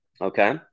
Okay